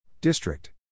District